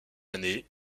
année